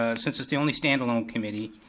ah since it's the only standalone committee,